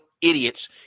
Idiots